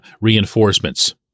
reinforcements